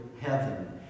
heaven